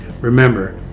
Remember